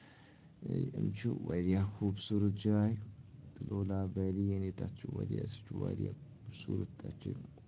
یم چھُ واریاہ خوٗبصوٗرت جایہِ تہٕ لولاب ویلی یعنی تَتھ چھُ واریاہ سُہ چھُ واریاہ خوٗبصوٗرت تَتھ چھُ